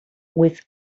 with